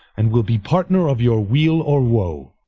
and will be partner of your weale or woe